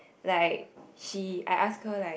like she I ask her like